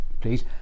please